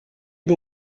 mon